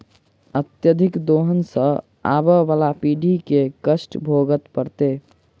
अत्यधिक दोहन सँ आबअबला पीढ़ी के कष्ट भोगय पड़तै